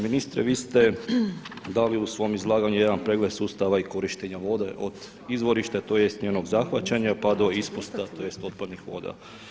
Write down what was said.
Ministre vi ste dali u svom izlaganju jedan pregled sustava i korištenja vode od izvorišta tj. njenog zahvaćanja pa do ispusta tj. otpadnih voda.